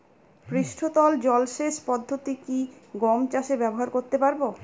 পৃষ্ঠতল জলসেচ পদ্ধতি কি গম চাষে ব্যবহার করতে পারব?